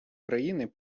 країни